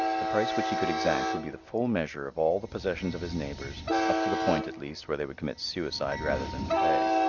the price which he could exact would be the full measure of all the possessions of his neighbors up to the point at least where they would commit suicide rather than pay.